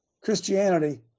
Christianity